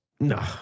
No